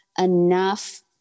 enough